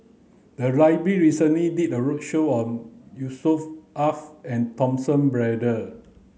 the recently did a roadshow on Yusnor Ef and Braddell